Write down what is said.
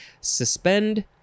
suspend